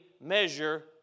measure